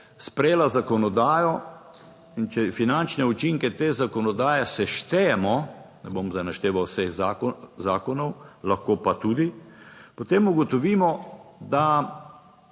sprejela zakonodajo in če finančne učinke te zakonodaje seštejemo, ne bom zdaj našteval vseh zakonov, lahko pa tudi, potem ugotovimo, da